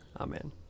Amen